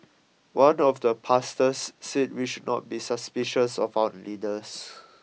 one of the pastors said we should not be suspicious of our leaders